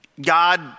God